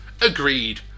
Agreed